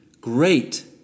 great